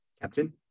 Captain